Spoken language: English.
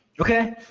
Okay